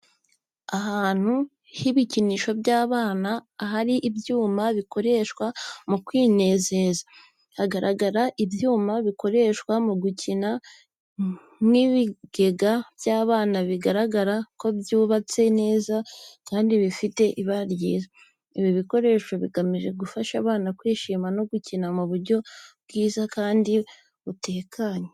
Ahantu h'ibikinisho by'abana, ahari ibyuma bikoreshwa mu kwinezeza nko kuzinga. Hagaragara ibyuma bikoreshwa mu gukina, nk'ibigega by'abana bigaragara ko byubatse neza kandi bifite ibara ryiza. Ibi bikoresho bigamije gufasha abana kwishima no gukina mu buryo bwiza kandi butekanye.